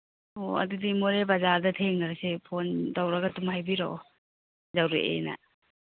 ꯑꯣ ꯑꯗꯨꯗꯤ ꯃꯣꯔꯦ ꯕꯖꯥꯔꯗ ꯌꯦꯡꯅꯔꯁꯦ ꯐꯣꯟ ꯇꯧꯔꯒ ꯑꯗꯨꯝ ꯍꯥꯏꯕꯤꯔꯛꯑꯣ ꯌꯧꯔꯛꯑꯦꯅ